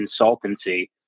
consultancy